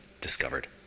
discovered